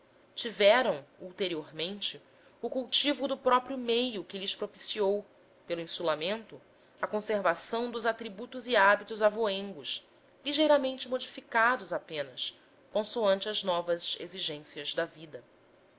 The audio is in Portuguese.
tiveram ulteriormente o cultivo do próprio meio que lhes propiciou pelo insulamento a conservação dos atributos e hábitos avoengos ligeiramente modificados apenas consoante as novas exigências da vida